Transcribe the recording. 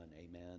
amen